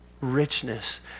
richness